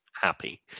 happy